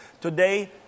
Today